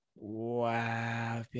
wow